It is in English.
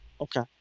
Okay